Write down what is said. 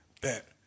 Bet